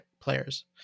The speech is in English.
players